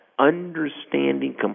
understanding